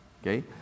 okay